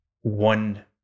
one